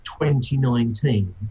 2019